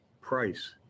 price